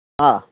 ആ